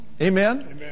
Amen